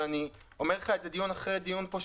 ואני אומר לך את זה דיון אחרי דיון פה,